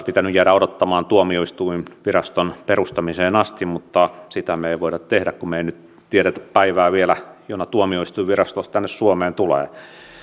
pitänyt jäädä odottamaan tuomioistuinviraston perustamiseen asti mutta sitä me emme voi tehdä kun me nyt emme tiedä vielä päivää jona tuomioistuinvirasto tänne suomeen tulee